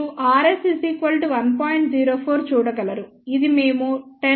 04 చూడగలరుఇది మేము 10 cm